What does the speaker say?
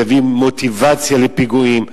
שזה יביא מוטיבציה לפיגועים.